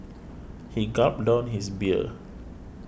he gulped down his beer